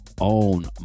own